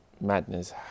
madness